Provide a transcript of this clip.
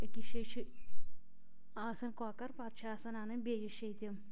اکِس جٲے چھِ آسان کۄکٔر پتہٕ چھِ آسان انٕنۍ بیِٚیِس جٲے تِم